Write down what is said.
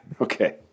Okay